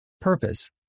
Purpose